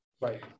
Right